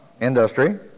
industry